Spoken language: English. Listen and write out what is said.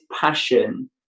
passion